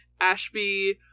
Ashby